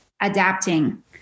adapting